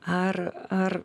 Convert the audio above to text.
ar ar